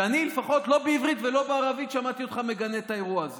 ואני לפחות לא בעברית ולא בערבית שמעתי אותך מגנה את האירוע הזה.